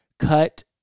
Cut